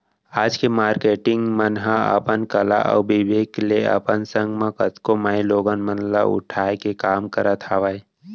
आज के मारकेटिंग मन ह अपन कला अउ बिबेक ले अपन संग म कतको माईलोगिन मन ल उठाय के काम करत हावय